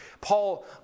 Paul